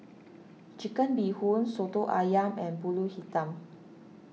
Chicken Bee Hoon Soto Ayam and Pulut Hitam